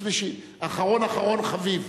השלישי, אחרון אחרון חביב.